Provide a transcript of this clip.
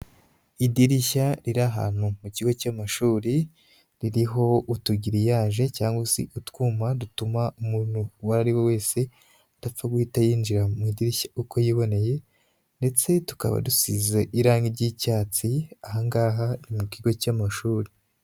Idirishya riri aahantu mu kigo cy'amashuri, ririho utugiriyaje cyangwa se utwuma dutuma umuntu uwo ari we wese adapfa guhita yinjira mu idirishya uko yiboneye, ndetse tukaba dusize irangi ry'icyatsi, aha ngaha ni mu kigo cy'amashuri.